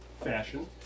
fashion